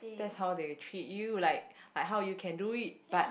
that's how they treat you like like how you can do it but